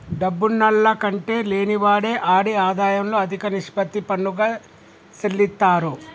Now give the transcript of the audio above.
డబ్బున్నాల్ల కంటే లేనివాడే ఆడి ఆదాయంలో అదిక నిష్పత్తి పన్నుగా సెల్లిత్తారు